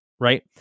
right